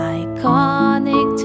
iconic